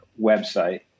website